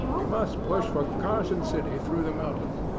we must push for carson city through the mountains.